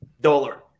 dollar